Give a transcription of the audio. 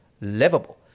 livable